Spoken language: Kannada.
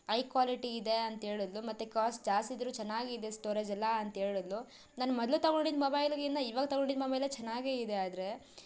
ಐ ಕ್ವಾಲಿಟಿ ಇದೆ ಅಂತ ಹೇಳುದ್ಲು ಮತ್ತು ಕಾಸ್ಟ್ ಜಾಸ್ತಿ ಇದ್ದರೂ ಚೆನ್ನಾಗಿದೆ ಸ್ಟೋರೇಜ್ ಎಲ್ಲ ಅಂತ ಹೇಳುದ್ಲು ನನ್ನ ಮೊದಲು ತಗೊಂಡಿದ್ದು ಮೊಬೈಲ್ಗಿಂತ ಇವಾಗ ತಗೊಂಡಿದ್ದ ಮೊಬೈಲೇ ಚೆನ್ನಾಗೇ ಇದೆ ಆದರೆ